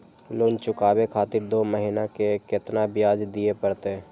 Loan चुकाबे खातिर दो महीना के केतना ब्याज दिये परतें?